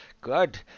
Good